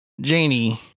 Janie